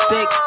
Big